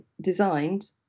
designed